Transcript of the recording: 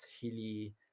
hilly